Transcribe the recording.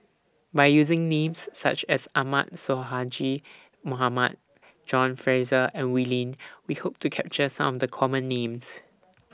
By using Names such as Ahmad Sonhadji Mohamad John Fraser and Wee Lin We Hope to capture Some of The Common Names